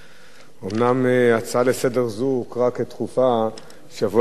אומנם הצעה זו לסדר-היום הוכרה כדחופה בשבוע שעבר,